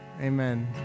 amen